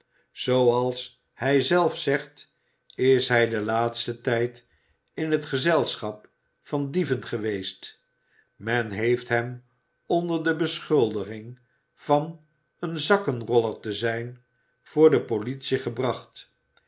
zooals hij zelf zegt is hij den laatsten tijd in het gezelschap van dieven geweest men heeft hem onder dé beschuldiging van een zakkenroller te zijn voor de politie gebracht